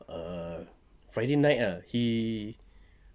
err friday night ah he